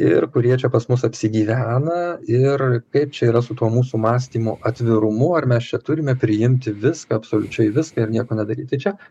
ir kurie čia pas mus apsigyvena ir kaip čia yra su tuo mūsų mąstymo atvirumu ar mes čia turime priimti viską absoliučiai viską ir nieko nedaryt tai čia